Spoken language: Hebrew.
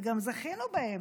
וגם זכינו בהן.